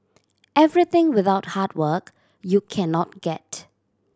everything without hard work you cannot get